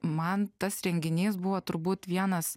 man tas renginys buvo turbūt vienas